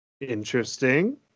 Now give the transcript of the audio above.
Interesting